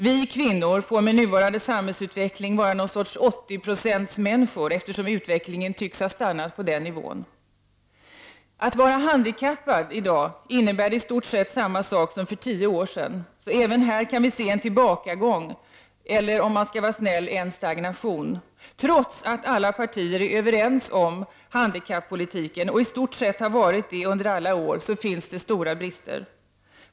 Vi kvinnor får med nuvarande samhällsutveckling vara någon sorts 80 procentsmänniskor, eftersom utvecklingen tycks ha stannat på denna nivå. Att vara handikappad innebär i stort sett detsamma i dag som det gjorde för tio år sedan; även på detta område kan vi alltså se en tillbakagång eller, för att vara snäll, en stagnation. Trots att alla partier är överens om handikappolitiken och i stort sett varit det under alla år, så finns stora brister.